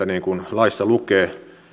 niin kuin laissa lukee